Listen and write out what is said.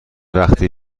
وقتی